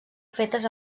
fetes